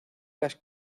las